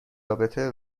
رابطه